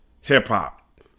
hip-hop